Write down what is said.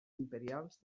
imperials